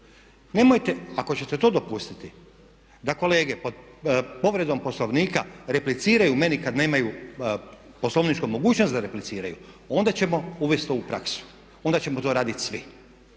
Nemojte, ako ćete to dopustiti da kolege pod povredom Poslovnika repliciraju meni kada nemaju poslovničku mogućnost da repliciraju onda ćemo uvesti to u praksu. Onda ćemo to raditi svi.